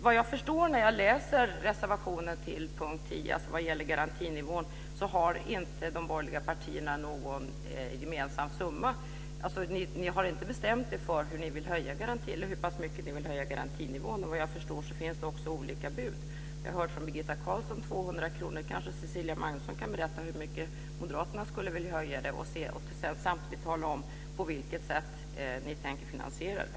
Vad jag förstår när jag läser reservation 10 med anledning av punkt 10 om garantinivån så har de borgerliga partierna inte bestämt sig för hur mycket de vill höja garantinivån. Och såvitt jag förstår så finns det också olika bud. Jag har från Birgitta Carlsson hört 200 kr. Kanske Cecilia Magnusson kan berätta hur mycket moderaterna skulle vilja höja garantinivån och samtidigt tala om på vilket sätt de tänker finansiera det.